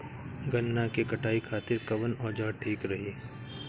गन्ना के कटाई खातिर कवन औजार ठीक रही?